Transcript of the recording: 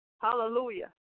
Hallelujah